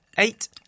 Eight